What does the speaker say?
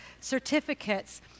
certificates